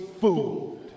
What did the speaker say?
food